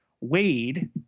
Wade